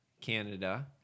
Canada